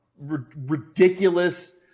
ridiculous